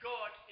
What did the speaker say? God